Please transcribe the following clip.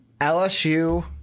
LSU